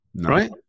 Right